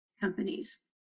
companies